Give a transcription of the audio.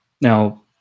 Now